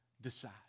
decide